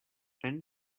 thin